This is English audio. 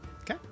Okay